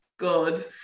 good